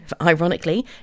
ironically